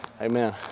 Amen